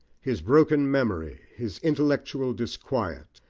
his broken memory, his intellectual disquiet,